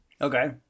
Okay